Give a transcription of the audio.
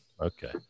Okay